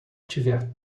tiver